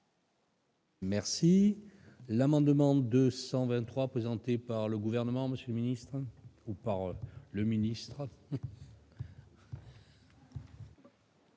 Merci l'amendement 223 présenté par le gouvernement Monsieur ministre ou par le ministre.